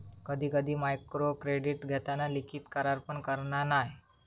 कधी कधी मायक्रोक्रेडीट घेताना लिखित करार पण करना नाय